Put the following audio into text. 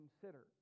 consider